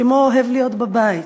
כמו "אוהב להיות בבית",